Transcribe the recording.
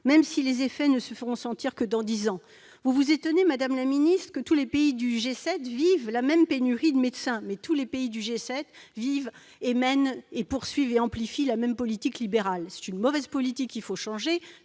même si ses effets ne se font sentir que dans dix ans. Vous vous étonnez, madame la ministre, que tous les pays du G7 vivent la même pénurie de médecins, mais tous les pays du G7 mènent la même politique libérale et l'amplifient ! C'est une mauvaise politique qu'il faut changer.